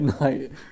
night